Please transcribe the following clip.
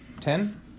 Ten